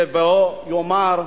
שבו ייאמר,